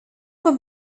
would